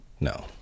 No